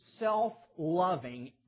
self-loving